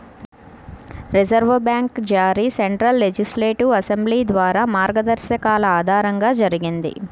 reserve bank జారీ central legislative assembly ద్వారా మార్గదర్శకాల ఆధారంగా జరిగింది